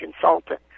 consultant